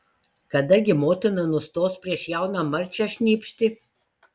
kada gi motina nustos prieš jauną marčią šnypšti